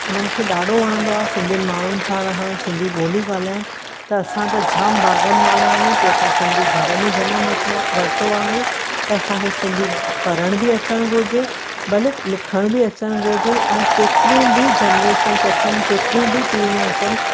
उन्हनि खे ॾाढो वणंदो आहे सिंधी माण्हुनि सां रहण सिंधी ॿोली ॻाल्हाइनि त असां त जाम भाघनि वारा आहियूं कि असां सिंधी घर में जनमु वठो आहे वरितो आहे त असांखे सिंधी पढ़नि बि अचण घुरिजे भले लिखण बि अचण घुरिजे ऐं केतिरियूं बि जनरेशन्स अचनि केतिरियूं बि पीढ़ियूं अचनि